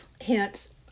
Hence